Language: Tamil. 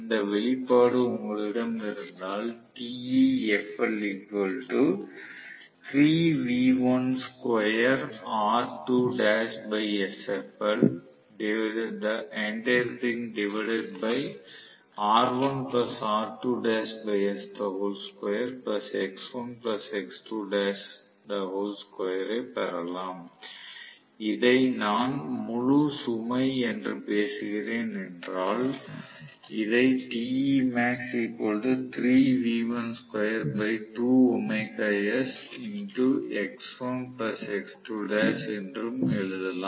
இந்த வெளிப்பாடு உங்களிடம் இருந்தால் ஐ பெறலாம் இதை நான் முழு சுமை என்று பேசுகிறேன் என்றால் இதை என்றும் எழுதலாம்